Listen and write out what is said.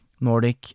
Nordic